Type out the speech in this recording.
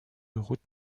routes